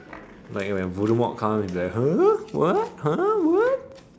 like when voldemort come then !huh! what !huh! what